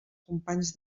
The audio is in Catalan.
companys